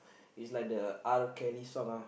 it's like the R Kelly song uh